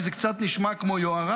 כי זה נשמע קצת כמו יוהרה,